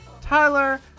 Tyler